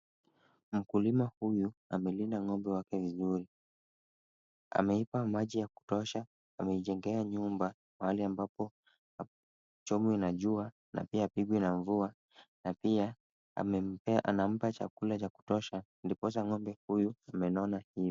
Mkulima huyu amelinda ng'ombe wake vizuri. Ameipa maji ya kutosha, ameijengea nyumba mahali ambapo hapachomwi na jua na pia hapigwi na mvua, na pia anampa chakula cha kutosha, ndiposa ng'ombe huyu amenona hivyo.